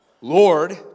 Lord